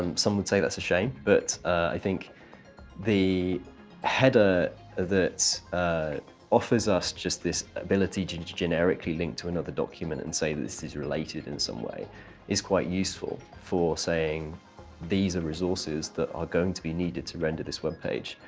um some would say that's a shame. but i think the header that offers us just this ability to and to generically link to another document and say that this is related in some way is quite useful for saying these are resources that are going to be needed to render this web page,